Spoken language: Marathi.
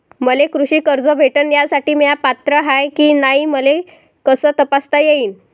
मले कृषी कर्ज भेटन यासाठी म्या पात्र हाय की नाय मले कस तपासता येईन?